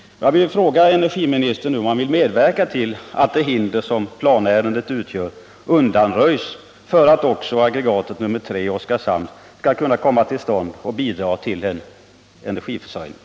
Jag vill fråga energiministern nu om han vill medverka till att det hinder som stadsplaneärendet utgör undanröjs så att också aggregat 3 i Oskarshamn kan komma till stånd och bidra till energiförsörjningen.